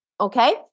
okay